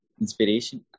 inspiration